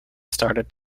started